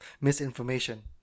misinformation